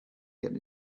get